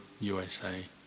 USA